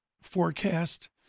forecast